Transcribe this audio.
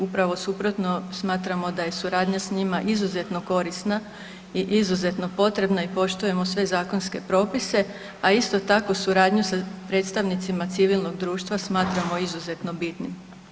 Upravo suprotno, smatramo da je suradnja sa njima izuzetno korisna i izuzetno potrebna i poštujemo sve zakonske propise, a isto tako suradnju sa predstavnicima civilnog društva smatramo izuzetno bitnim.